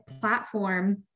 platform